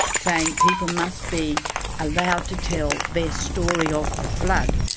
saying people must be allowed to tell their story of the flood,